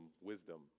wisdom